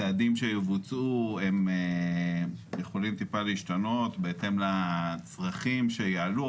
הצעדים שיבוצעו יכולים טיפה להשתנות בהתאם לצרכים שיעלו.